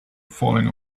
falling